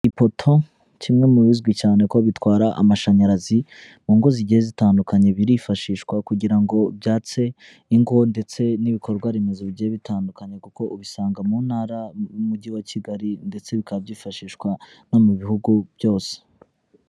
Ipoto kimwe mu bizwi cyane ko bitwara amashanyarazi mu ngo zigiye zitandukanye, birifashishwa kugira ngo byatse ingo ndetse n'ibikorwa remezo bigiye bitandukanye, kuko ubisanga mu ntara, mu mujyi wa Kigali ndetse bikaba byifashishwa no mu bihugu byose.